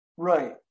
Right